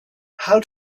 how